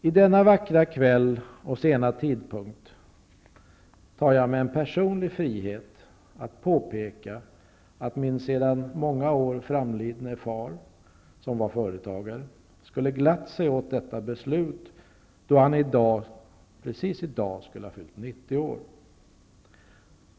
I denna vackra kväll och vid denna sena tidpunkt tar jag mig en personlig frihet att påpeka att min sedan många år framlidne far, som var företagare, skulle ha glatt sig åt detta beslut, då han precis i dag skulle ha fyllt 90 år.